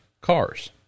cars